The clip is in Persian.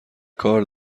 کار